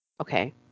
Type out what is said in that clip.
Okay